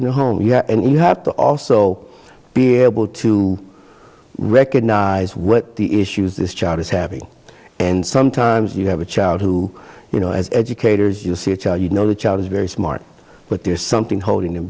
home and you have to also be able to recognize what the issues this child is having and sometimes you have a child who you know as educators you see a child you know the child is very smart but there is something holding them